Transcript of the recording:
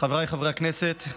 חבריי חברי הכנסת,